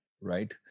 right